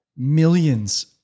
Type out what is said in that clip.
millions